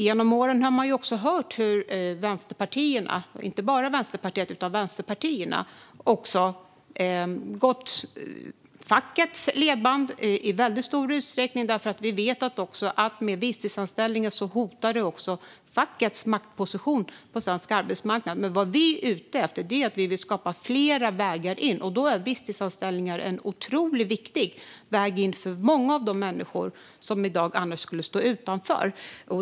Genom åren har vi hört hur inte bara Vänsterpartiet utan vänsterpartierna gått i fackets ledband i stor utsträckning, för vi vet att med visstidsanställningen hotas fackets maktposition på svensk arbetsmarknad. Men vad vi är ute efter är att skapa fler vägar in, och då är visstidsanställningar en otroligt viktig väg in på arbetsmarknaden för många människor som i dag annars skulle stå utanför.